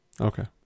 Okay